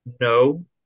no